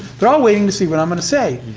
they're all waiting to see what i'm gonna say.